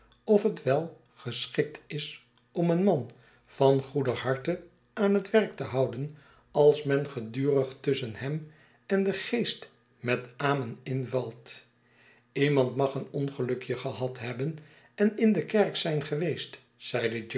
of het wel geschikt is om een man van goeder harte aan het werk te houden als men gedurig tusschen hem en den geest met amen invalt iemand mag eewongelukje gehad hebben en in de kerk zijn geweest